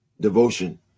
Devotion